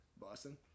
Boston